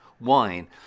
wine